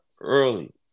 early